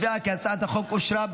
להצעת החוק לא הוגשו הסתייגויות,